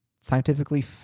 Scientifically